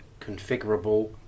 configurable